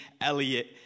Elliot